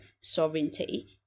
sovereignty